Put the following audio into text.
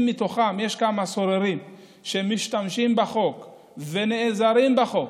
אם מתוכם יש כמה סוררים שמשתמשים בחוק ונעזרים בחוק,